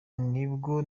nibwo